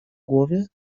głowie